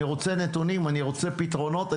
אני רוצה לשמוע נתונים ולמצוא פתרונות.